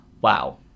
Wow